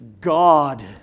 God